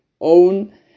own